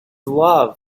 love